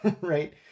right